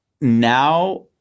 now